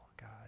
god